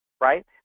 right